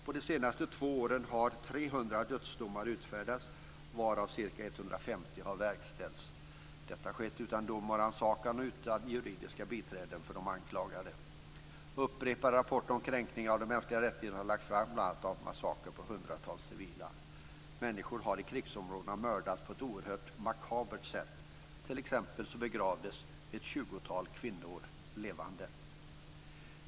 På de senaste två åren har 300 dödsdomar utfärdats, varav ca 150 har verkställts. Detta har skett utan dom och rannsakan och utan juridiska biträden för de anklagade. Upprepade rapporter om kränkningar av de mänskliga rättigheterna har lagts fram, bl.a. om massakrer på hundratals civila. Människor har i krigsområdena mördats på ett oerhört makabert sätt. Ett tjugotal kvinnor begravdes t.ex. levande.